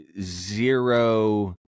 zero